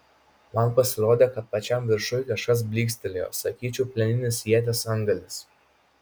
man pasirodė kad pačiam viršuj kažkas blykstelėjo sakyčiau plieninis ieties antgalis